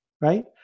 right